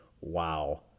Wow